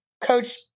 coach